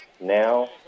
now